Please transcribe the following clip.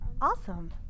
Awesome